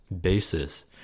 basis